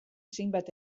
zenbait